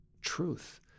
truth